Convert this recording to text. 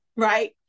Right